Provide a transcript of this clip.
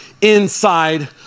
inside